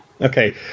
Okay